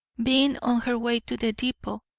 being on her way to the depot,